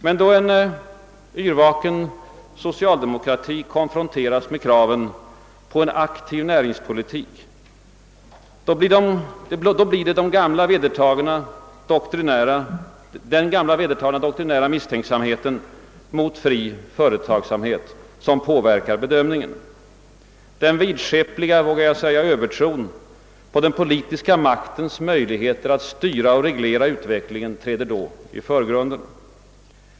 Men då en yrvaken socialdemokrati konfronteras med kraven på en aktiv näringspolitik blir det den gamla vedertagna doktrinära misstänksamheten mot fri företagsamhet som påverkar bedömningen. Den, vågar jag säga, vidskepliga övertron på den politiska maktens möjligheter att styra och reglera utvecklingen träder då i förgrunden.